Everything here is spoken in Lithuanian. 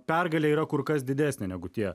pergalė yra kur kas didesnė negu tie